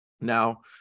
now